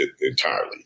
entirely